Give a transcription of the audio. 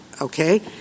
Okay